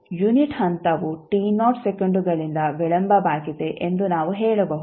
unit ಹಂತವು ಸೆಕೆಂಡುಗಳಿಂದ ವಿಳಂಬವಾಗಿದೆ ಎಂದು ನಾವು ಹೇಳಬಹುದು